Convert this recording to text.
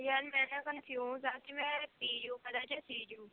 ਯਾਰ ਮੈਂ ਨਾ ਕੰਨਫਿਊਜ਼ ਹਾਂ ਕਿ ਮੈਂ ਪੀ ਯੂ ਕਰਾਂ ਕਿ ਸੀ ਯੂ